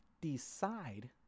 decide